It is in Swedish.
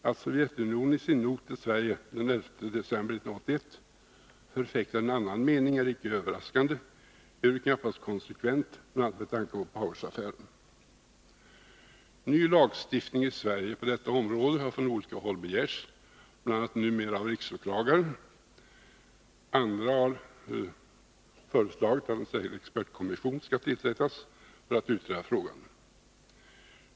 Att Sovjetunionen i sin not till Sverige av den 11 december 1981 förfäktar en annan mening är icke överraskande, ehuru knappast konsekvent, bl.a. med tanke på Powersaffären. Ny lagstiftning i Sverige på detta område har från olika håll begärts, bl.a. numera av riksåklagaren. Andra har föreslagit att en särskild expertkommission skall tillsättas för att utreda frågan.